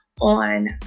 on